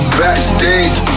backstage